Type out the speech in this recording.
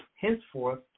henceforth